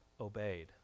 obeyed